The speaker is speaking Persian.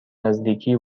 نزدیکی